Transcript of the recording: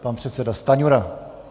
Pan předseda Stanjura.